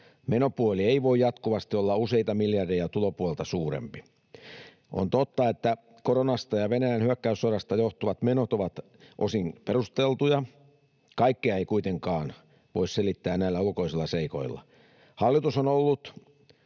Menopuoli ei voi jatkuvasti olla useita miljardeja tulopuolta suurempi. On totta, että koronasta ja Venäjän hyökkäyssodasta johtuvat menot ovat osin perusteltuja. Kaikkea ei kuitenkaan voi selittää näillä ulkoisilla seikoilla. Hallitus on ollut